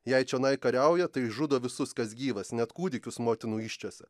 jei čionai kariauja tai žudo visus kas gyvas net kūdikius motinų įsčiose